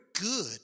good